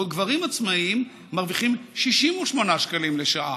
בעוד גברים עצמאים מרוויחים 68 שקלים לשעה.